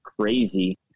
crazy